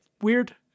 weird